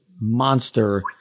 monster